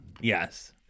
Yes